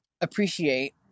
appreciate